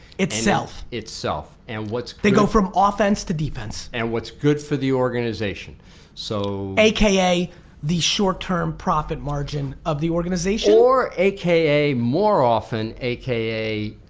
itself. itself and what's they go from offense to defense. and what's good for the organization so aka the short-term profit margin of the organization. or aka more often aka,